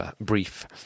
brief